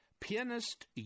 Pianist